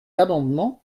amendement